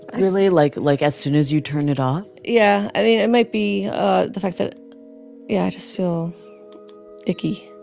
really, like, like as soon as you turn it off? yeah, i mean, it might be ah the fact that yeah, i just feel icky.